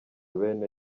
bene